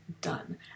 done